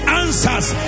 answers